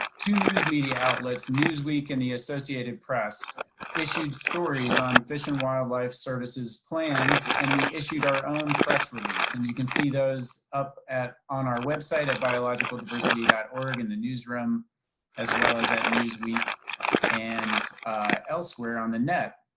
two news media outlets, newsweek and the associated press issued stories on fish and wildlife services plans and we issued our own press release. and you can see those up at on our website at biologicaldiversity dot org in the newsroom as well as at newsweek and elsewhere on the net.